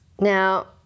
Now